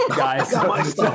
guys